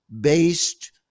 based